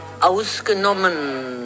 ausgenommen